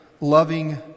loving